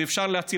ואפשר להציל.